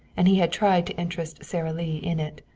and he had tried to interest sara lee in it.